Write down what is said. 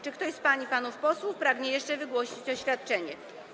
Czy ktoś pań i panów posłów pragnie jeszcze wygłosić oświadczenie?